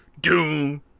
Doom